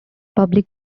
public